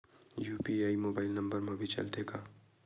UPI mobile number मा भी चलते हे का?